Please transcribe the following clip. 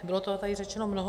Bylo toho tady řečeno mnoho.